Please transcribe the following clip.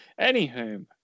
Anywho